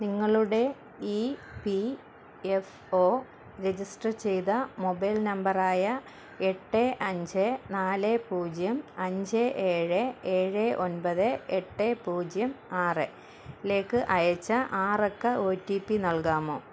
നിങ്ങളുടെ E F P O register ചെയ്ത mobile number ആയ എട്ട് അഞ്ച് നാല് പൂജ്യം അഞ്ച് ഏഴ് ഏഴ് ഒൻപത് എട്ട് പൂജ്യം ആറിലേക്ക് അയച്ച ആറക്ക ഒ ടി പി നൽകാമോ